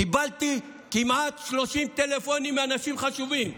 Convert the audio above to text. קיבלתי כמעט 30 טלפונים מאנשים חשובים.